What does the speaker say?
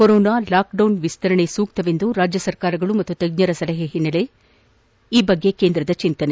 corona lockdown ವಿಸ್ತರಣೆ ಸೂಕ್ತವೆಂದು ರಾಜ್ಯಸರ್ಕಾರಗಳು ಹಾಗೂ ತಜ್ಜರ ಸಲಹೆ ಹಿನ್ನೆಲೆ ಈ ಕುರಿತು ಕೇಂದ್ರದ ಚಿಂತನೆ